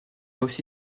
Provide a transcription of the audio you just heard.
aussi